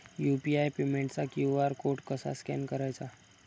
UPI पेमेंटचा QR code कसा scan करायचा?